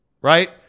right